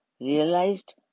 realized